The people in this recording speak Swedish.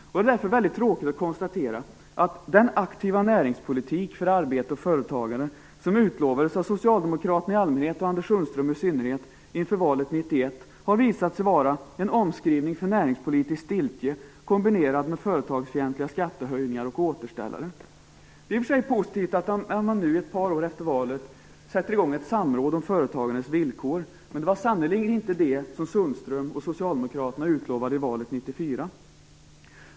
Det är därför tråkigt att konstatera att den "aktiva näringspolitik" för arbete och företagande som utlovades av Socialdemokraterna i allmänhet och Anders Sundström i synnerhet inför valet 1994 har visat sig vara en omskrivning för näringspolitisk stiltje, kombinerat med företagsfientliga skattehöjningar och återställare. Det är i och för sig positivt att man nu, ett par år efter valet, sätter i gång ett samråd om företagandets villkor. Men det var sannerligen inte det som Sundström och Socialdemokraterna utlovade i valet 1994.